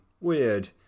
weird